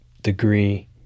degree